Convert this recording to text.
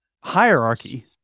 hierarchy